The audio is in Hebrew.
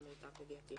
למיטב ידיעתי.